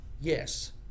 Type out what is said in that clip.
Yes